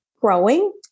growing